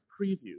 preview